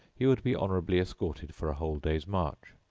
he would be honourably escorted for a whole day's march.